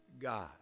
God